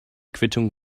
quittung